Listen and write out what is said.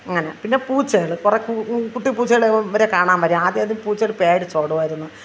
അങ്ങനെ പിന്നെ പൂച്ചകൾ കുറെ കുട്ടി പൂച്ചകളെ ഇവരെ കാണാൻ വരും ആദ്യമാദ്യം പൂച്ചകൾ പേടിച്ചോടുമായിരുന്നു